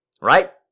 right